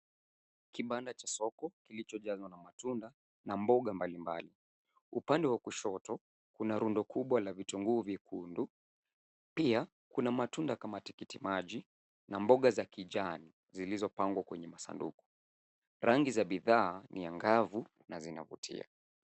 Kibanda cha soko kilichojazwa na matunda na mboga mbalimbali. Upande wa kushoto kuna rundo kubwa la vitunguu vyekundu, pia kuna matunda kama tikitiki maji na mboga za kijani zilizopangwa kwenye masanduku. Rangi za bidhaa ni angavu na zinavutia.